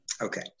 Okay